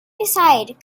beside